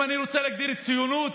אם אני רוצה להגדיר ציונות,